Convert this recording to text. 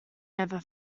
never